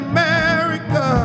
America